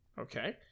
Okay